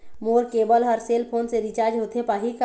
मोर केबल हर cell phone से रिचार्ज होथे पाही का?